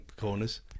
corners